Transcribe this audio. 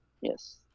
Yes